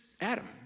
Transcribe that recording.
Adam